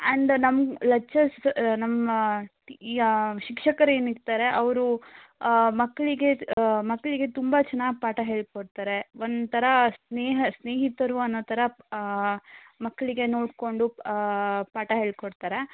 and ನಮ್ಮ lecturers ನಮ್ಮ ಇಯಾ ಶಿಕ್ಷಕರು ಏನಿರ್ತಾರೆ ಅವರು ಮಕ್ಕಳಿಗೆ ಮಕ್ಕಳಿಗೆ ತುಂಬ ಚೆನಾಗ್ ಪಾಠ ಹೇಳಿ ಕೊಡ್ತಾರೆ ಒಂಥರಾ ಸ್ನೇಹ ಸ್ನೇಹಿತರು ಅನ್ನೋಥರ ಮಕ್ಕಳಿಗೆ ನೋಡ್ಕೊಂಡು ಪಾಠ ಹೇಳ್ಕೊಡ್ತಾರೆ